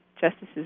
Justices